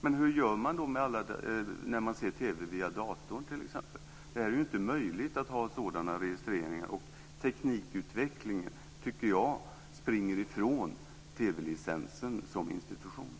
Men hur gör man då med alla som ser TV via datorn, t.ex.? Där är det ju inte möjligt att ha sådana registreringar. Jag tycker att teknikutvecklingen springer ifrån TV-licensen som institution.